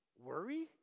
Worry